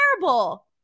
terrible